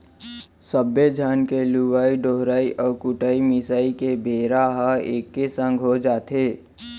सब्बे झन के लुवई डोहराई अउ कुटई मिसाई के बेरा ह एके संग हो जाथे